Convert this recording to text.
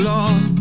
Lord